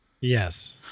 Yes